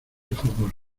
favor